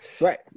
right